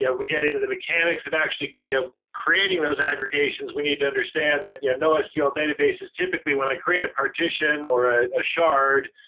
yeah we get into the mechanics of actually you know creating those aggregations. we need to understand that yeah nosql databases, typically, when i create a partition or ah a shard,